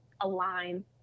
align